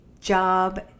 job